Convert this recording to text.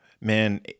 Man